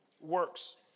works